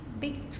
big